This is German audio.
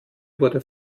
wurde